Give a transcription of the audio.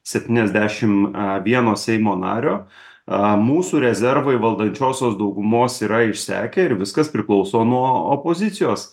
septyniasdešim a vieno seimo nario a mūsų rezervai valdančiosios daugumos yra išsekę ir viskas priklauso nuo opozicijos